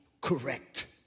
correct